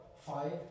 five